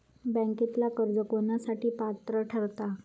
बँकेतला कर्ज कोणासाठी पात्र ठरता?